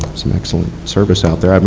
some excellent service out there. um